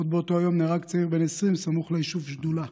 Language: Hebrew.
עוד באותו היום נהרג צעיר בן 20 סמוך ליישוב שתולה.